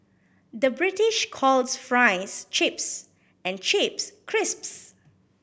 the British calls fries chips and chips crisps